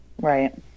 Right